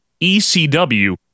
ECW